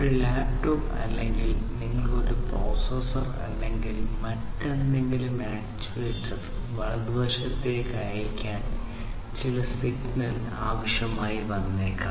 ഒരു ലാപ്ടോപ്പ് അല്ലെങ്കിൽ നിങ്ങൾക്ക് ഒരു പ്രൊസസ്സർ അല്ലെങ്കിൽ മറ്റെന്തെങ്കിലും ആക്ചുവേറ്റർ വലതുവശത്തേക്ക് അയയ്ക്കാൻ ചില സിഗ്നൽ ആവശ്യമായി വന്നേക്കാം